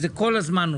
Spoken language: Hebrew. וזה עולה כל הזמן,